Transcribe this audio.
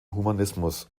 humanismus